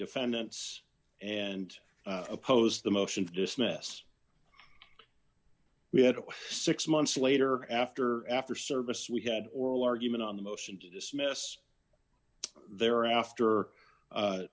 defendants and oppose the motion to dismiss we had six months later after after service we had oral argument on the motion to dismiss there after